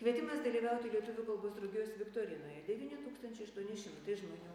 kvietimas dalyvauti lietuvių kalbos draugijos viktorinoje devyni tūkstančiai aštuoni šimtai žmonių